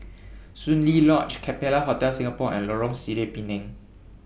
Soon Lee Lodge Capella Hotel Singapore and Lorong Sireh Pinang